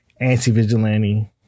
anti-vigilante